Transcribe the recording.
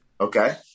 okay